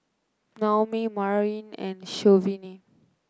Naomi Maryanne and Shavonne